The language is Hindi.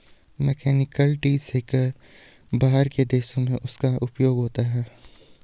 मैकेनिकल ट्री शेकर बाहर के देशों में उसका उपयोग होता है